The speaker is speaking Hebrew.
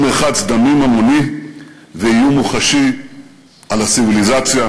או מרחץ דמים המוני ואיום מוחשי על הציוויליזציה,